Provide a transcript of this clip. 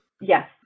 Yes